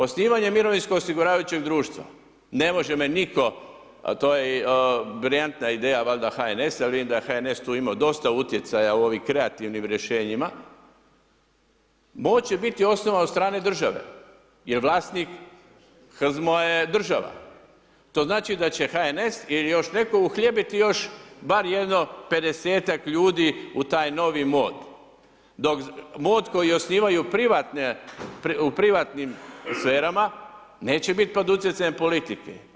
Osnivanje Mirovinskog osiguravajućeg društva, ne može me nitko, a to je brilijantna ideja HNS-a jer vidim da je HNS imao tu dosta utjecaja u ovim kreativnim rješenjima, moći biti osnovan od strane države jer vlasnik HZMO-a je država, to znači da će HNS ili još netko uhljebiti još bar jedno 50-tak ljudi u taj novi mod, dok koji osnivaju u privatnim sferama, neće biti pod utjecajem politike.